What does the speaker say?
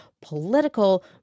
political